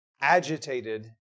agitated